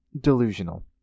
delusional